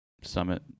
Summit